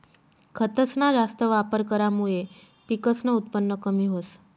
खतसना जास्त वापर करामुये पिकसनं उत्पन कमी व्हस